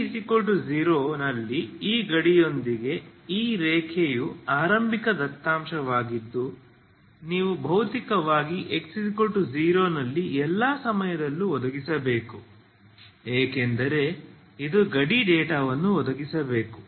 t0 ನಲ್ಲಿ ಈ ಗಡಿಯೊಂದಿಗೆ ಈ ರೇಖೆಯು ಆರಂಭಿಕ ದತ್ತಾಂಶವಾಗಿದ್ದು ನೀವು ಭೌತಿಕವಾಗಿ x0 ನಲ್ಲಿ ಎಲ್ಲಾ ಸಮಯದಲ್ಲೂ ಒದಗಿಸಬೇಕು ಏಕೆಂದರೆ ಇದು ಗಡಿ ಡೇಟಾವನ್ನು ಒದಗಿಸಬೇಕು